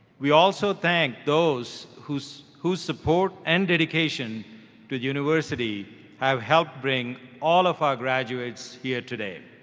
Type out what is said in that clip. we also thank those whose whose support and dedication to university have helped bring all of our graduates here today.